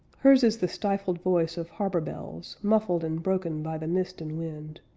hers is the stifled voice of harbor bells muffled and broken by the mist and wind.